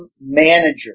Manager